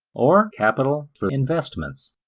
or capital for investments.